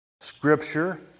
Scripture